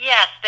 Yes